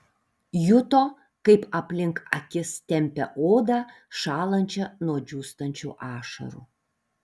juto kaip aplink akis tempia odą šąlančią nuo džiūstančių ašarų